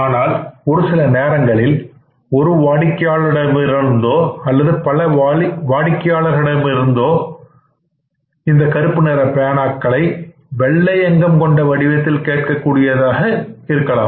ஆனால் ஒரு சில நேரங்களில் ஒரு வாடிக்கையாளரிடமிருந்தோ அல்லது பல வாடிக்கையாளர்களிடமிருந்தோம் இருந்து இந்த கருப்பு நிற பேனாக்களை வெள்ளை அங்கம் கொண்ட வடிவத்தில் கேட்கக்கூடியதாக இருக்கலாம்